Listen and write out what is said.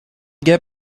get